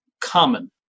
common